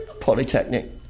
Polytechnic